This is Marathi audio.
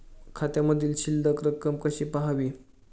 खात्यामधील शिल्लक रक्कम कशी पहावी?